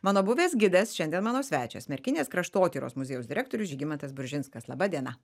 mano buvęs gidas šiandien mano svečias merkinės kraštotyros muziejaus direktorius žygimantas buržinskas laba diena